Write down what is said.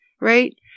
right